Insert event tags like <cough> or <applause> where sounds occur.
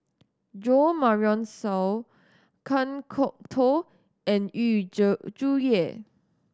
Jo Marion Seow Kan Kwok Toh and Yu <unintelligible> Zhuye